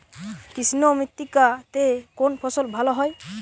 কৃষ্ণ মৃত্তিকা তে কোন ফসল ভালো হয়?